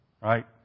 right